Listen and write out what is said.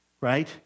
right